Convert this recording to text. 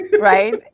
right